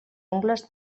ungles